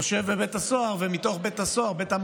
יושב בבית הסוהר, ומתוך בית המעצר